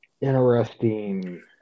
interesting